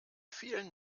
vielen